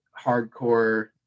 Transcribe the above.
hardcore